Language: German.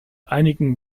einigen